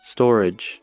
Storage